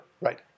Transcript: Right